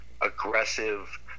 aggressive